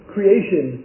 creation